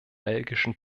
belgischen